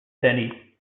denny